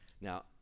Now